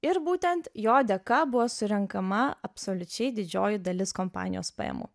ir būtent jo dėka buvo surenkama absoliučiai didžioji dalis kompanijos pajamų